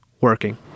working